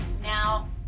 Now